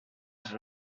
par